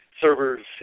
servers